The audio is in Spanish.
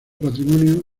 patrimonio